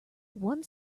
one